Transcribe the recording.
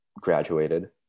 graduated